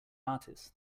artist